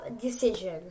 decision